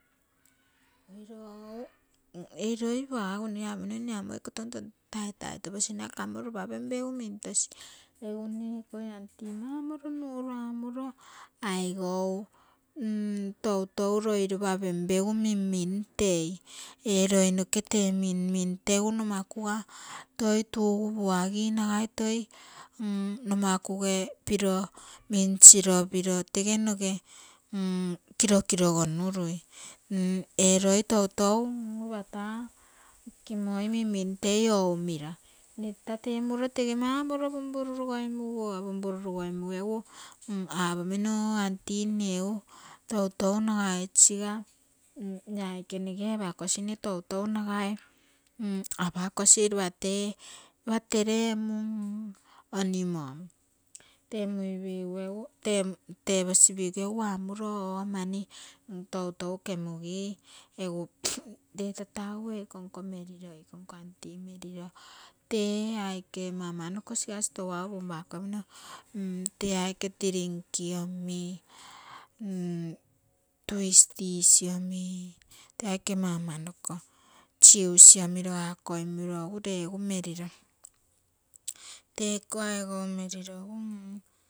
Oii lo ei loi paa egu noge apomino mne iko touno taitai toposina kamo lopa pempegu mintosi. egu mne ekoi aunty mau morino nuro amuro aigou toutou loi lopa pempegu minmi tei, ee loi noke tee mimmintegu nomakuga toi tugu puagi nagai toi nomakugei pero, minsiro piro tege noge kirokiro gonurui, ee loi toutou lopa taa nkimoi mimmitei aumira. mne tata temuro tege mau morilo punpunnu goimuguo, pumpuru rugoimugu egu aponino oo aunty mne egu toutou nagai siga. ia aike nege apakosine toutou nagai apakosi lopate emu onimo, teposi pegu egu amuro oo mani toutou kemugi egu lee tata egu eikonko meriro eikonko aunty meriro tee aike ama amoi noko sigau store au pumpakako gemino, tee aike drink omi twisties omi, tee aike ama ama noko jucie omi rogakoimuro lee egu meriro teiko aigou meriro egu